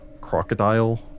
crocodile